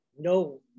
No